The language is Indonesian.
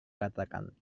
katakan